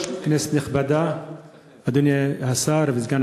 למה לא דיון